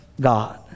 God